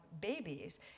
babies